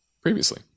previously